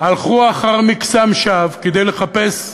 הלכו אחר מקסם שווא כדי לחפש,